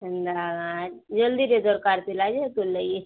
ଏ ନା ଜଲଦି ଟିକେ ଦରକାର ଥିଲା ଯେ ତୁଲେଇ